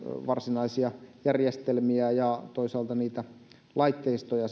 varsinaisia järjestelmiä ja toisaalta niitä laitteistoja